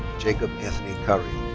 jacob anthony carrion.